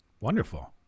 Wonderful